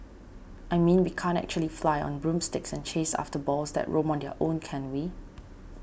I mean we can't actually fly on broomsticks and chase after balls that roam on their own can we